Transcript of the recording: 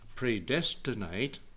predestinate